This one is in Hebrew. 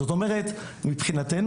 זאת אומרת מבחינתנו,